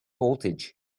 voltage